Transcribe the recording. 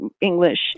English